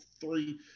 three